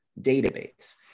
database